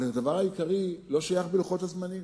אבל הדבר העיקרי לא שייך ללוח הזמנים.